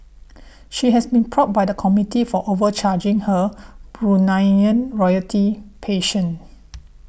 she has been probed by the committees for overcharging her Bruneian royalty patient